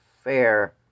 fair